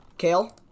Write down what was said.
Kale